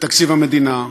בתקציב המדינה,